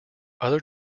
other